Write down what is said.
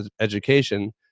education